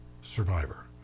survivor